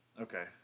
Okay